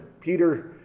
Peter